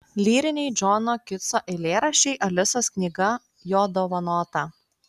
lyriniai džono kitso eilėraščiai alisos knyga jo dovanota